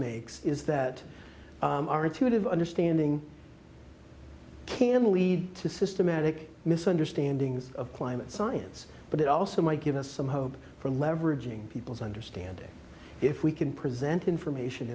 makes is that our intuitive understanding can lead to systematic misunderstandings of climate science but it also might give us some hope for leveraging people's understanding if we can present information